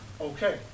okay